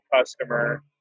customer